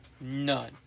none